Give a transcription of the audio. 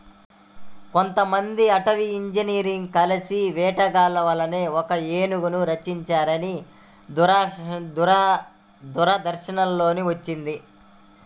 కొంతమంది అటవీ ఇంజినీర్లు కలిసి వేటగాళ్ళ వలలో ఒక ఏనుగును రక్షించారని దూరదర్శన్ లో వచ్చింది